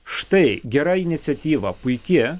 štai gera iniciatyva puiki